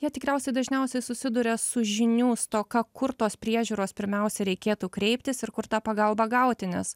jie tikriausiai dažniausiai susiduria su žinių stoka kur tos priežiūros pirmiausia reikėtų kreiptis ir kur tą pagalbą gauti nes